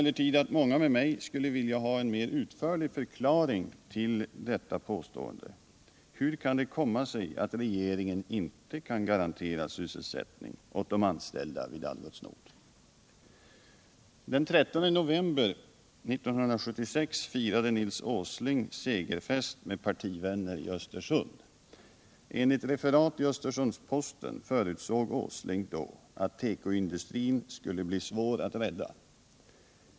Jag tror att många med mig skulle vilja ha en utförligare förklaring till uttalandet och ett svar på frågan hur det kan komma sig att regeringen inte kan garantera sysselsättning åt de anställda vid Algots Nord. Den 13 november 1976 firade Nils Åsling segerfest med partivänner i Östersund. Enligt referat i Östersunds-Posten förutspådde Nils Åsling då att tekoindustrin skulle bli svår att rädda.